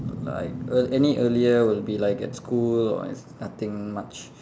like err any earlier would be like at school or it's nothing much